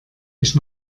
ich